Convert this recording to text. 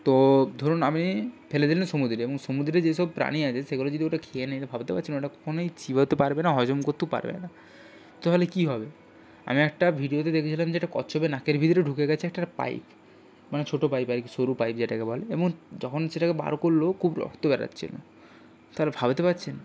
তো ধরুন আপনি ফেলে দিলেন সমুদ্রে এবং সমুদ্রে যেসব প্রাণী আছে সেগুলি যদি ওটা খেয়ে নেয় তো ভাবতে পারছেন ওটা কখনোই চিবোতে পারবে না হজম করতেও পারবে না তাহলে কী হবে আমি একটা ভিডিওতে দেখেছিলাম যে একটা কচ্ছপের নাকের ভিতরে ঢুকে গেছে একটা পাইপ মানে ছোটো পাইপ আর কি সরু পাইপ যেটাকে বলে এবং যখন সেটাকে বার করল খুব রক্ত বেরোচ্ছে তার ভাবতে পারছেন